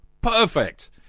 Perfect